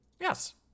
Yes